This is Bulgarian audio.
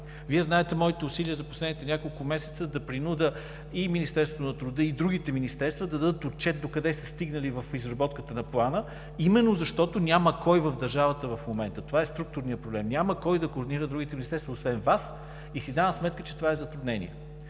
Вие знаете моите усилия за последните няколко месеца да принудя и Министерство на труда и социалната политика, и другите министерства да дадат отчет докъде са стигнали в изработката на Плана именно защото няма кой в държавата в момента. Това е структурният проблем – няма кой да координира другите министерства, освен Вас и си давам сметка, че това е затруднение.